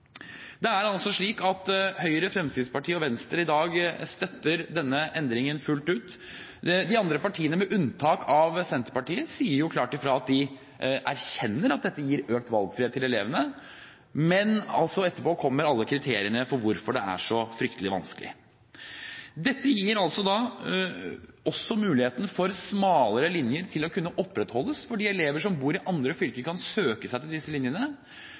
Det er altså slik at Høyre, Fremskrittspartiet og Venstre i dag støtter denne endringen fullt ut. De andre partiene, med unntak av Senterpartiet, sier klart fra at de erkjenner at dette gir økt valgfrihet til elevene, men kommer etterpå med alle kriteriene for hvorfor det er så fryktelig vanskelig. Dette gir også muligheten for å opprettholde smalere linjer fordi elever som bor i andre fylker, kan søke seg til disse linjene.